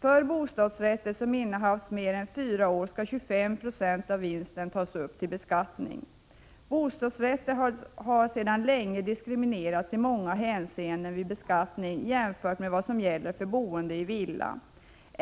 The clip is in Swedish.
För bostadsrätter som innehavts mer än fyra år skall 25 26 av vinsten tas upp till beskattning. Jämfört med vad som gäller för boende i villa har bostadsrätter sedan länge i flera hänseenden diskriminerats vid beskattningen.